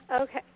Okay